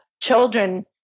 children